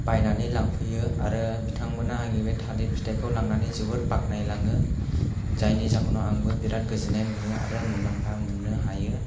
बायनानै लांफैयो आरो बिथांमोना आंनि बे थालिर फिथाइखौ लांनानै जोबोर बाखनाय लाङो जायनि जाहोनाव आंबो बिराद गोजोननाय मोनो आरो आं मुलाम्फा मोननो हायो